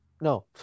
No